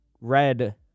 red